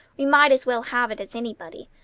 we might as well have it as anybody.